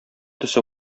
төсе